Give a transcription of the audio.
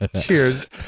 Cheers